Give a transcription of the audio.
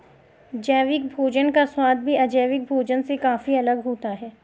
जैविक भोजन का स्वाद भी अजैविक भोजन से काफी अलग होता है